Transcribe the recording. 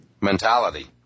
mentality